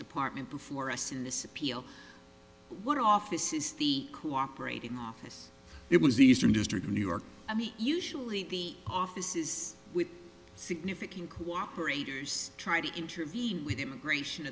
department before us in this appeal what office is the cooperating office it was eastern district in new york i mean usually the offices with significant cooperate try to intervene with immigration